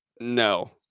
No